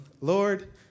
Lord